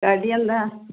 കടി എന്താ